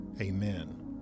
Amen